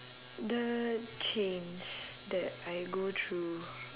the change that I go through